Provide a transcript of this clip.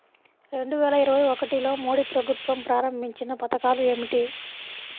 రెండు వేల ఇరవై ఒకటిలో మోడీ ప్రభుత్వం ప్రారంభించిన పథకాలు ఏమిటీ?